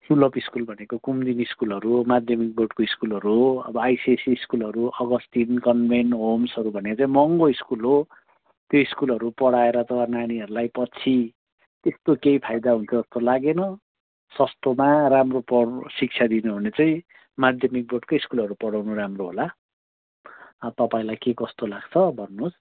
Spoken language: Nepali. सुलभ स्कुल भनेको कुमुदिनी स्कुलहरू हो माध्यमिक बोर्डको स्कुलहरू हो अब आइसिएससी स्कुलहरू अगस्टिन कन्भेन्ट होम्सहरू भन्ने चाहिँ महँगो स्कुल हो त्यो स्कुलहरू पढाएर त नानीहरूलाई पछि त्यस्तो केही फाइदा हुन्छ जस्तो लागेन सस्तोमा राम्रो पढ्नु शिक्षा दिनु हो भने चाहिँ माध्यामिक बोर्डकै स्कुलहरू पढाउनु राम्रो होला अब तपाईँलाई के कस्तो लाग्छ भन्नुहोस्